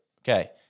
okay